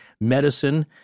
medicine